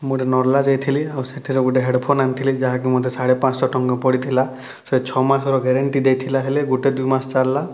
ମୁଇଁ ଗୁଟେ ନର୍ଲା ଯାଇଥିଲି ଆଉ ସେଥିରେ ଗୁଟେ ହେଡ଼ଫୋନ୍ ଆନିଥିଲି ଯାହା କି ମତେ ସାଢେ ପାଞ୍ଚ୍ ଶହ ଟଙ୍କା ପଡ଼ିଥିଲା ସେ ଛଅ ମାସ୍ ର ଗ୍ୟାରେଣ୍ଟି ଦେଇଥିଲା ହେଲେ ଗୁଟେ ଦୁଇ ମାସ୍ ଚାଲ୍ଲା